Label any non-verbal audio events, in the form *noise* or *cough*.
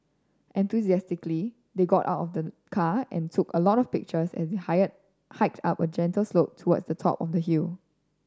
enthusiastically they got out of the car and took a lot of pictures as they *unintelligible* hiked up a gentle slope towards the top of the hill